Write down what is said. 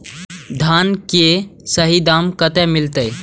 धान की सही दाम कते मिलते?